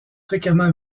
fréquemment